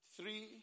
three